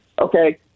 Okay